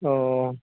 औ